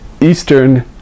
Eastern